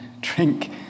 drink